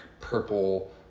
purple